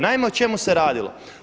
Naime, o čemu se radilo!